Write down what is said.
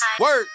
Work